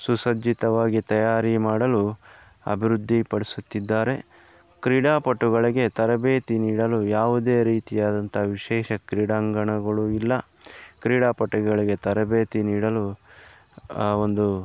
ಸುಸಜ್ಜಿತವಾಗಿ ತಯಾರಿ ಮಾಡಲು ಅಭಿವೃದ್ಧಿಪಡಿಸುತ್ತಿದ್ದಾರೆ ಕ್ರೀಡಾಪಟುಗಳಿಗೆ ತರಬೇತಿ ನೀಡಲು ಯಾವುದೇ ರೀತಿ ಆದಂಥ ವಿಶೇಷ ಕ್ರೀಡಾಂಗಣಗಳು ಇಲ್ಲ ಕ್ರೀಡಾಪಟುಗಳಿಗೆ ತರಬೇತಿ ನೀಡಲು ಒಂದು